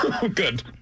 Good